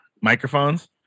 microphones